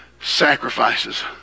sacrifices